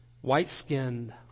white-skinned